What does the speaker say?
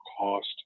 cost